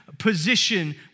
position